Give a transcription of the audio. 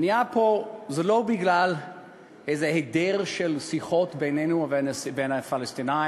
המניע פה זה לא איזה היעדר שיחות בינינו ובין הפלסטינים,